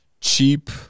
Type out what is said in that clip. cheap